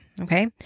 Okay